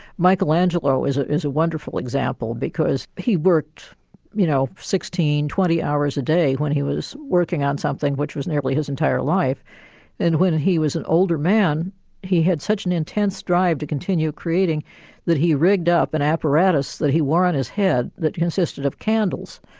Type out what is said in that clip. michelangelo is is a wonderful example because he worked you know sixteen to twenty hours a day when he was working on something which was nearly his entire life and when he was an older man he had such an intense drive to continue creating that he rigged up an apparatus that he wore on his head that consisted of candles,